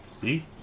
See